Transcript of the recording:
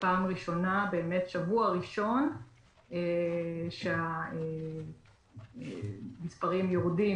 זה שבוע ראשון שבו המספרים יורדים